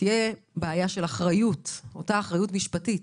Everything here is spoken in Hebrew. תהיה בעיה של אחריות משפטית,